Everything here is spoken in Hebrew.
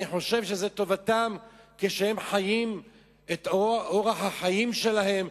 אני חושב שזו טובתם כשהם חיים את אורח החיים שלהם,